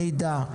מידע,